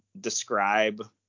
describe